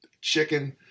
chicken